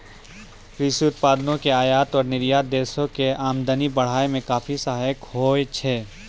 कृषि उत्पादों के आयात और निर्यात देश के आमदनी बढ़ाय मॅ काफी सहायक होय छै